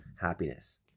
happiness